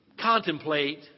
contemplate